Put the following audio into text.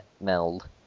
meld